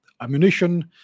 ammunition